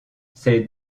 ses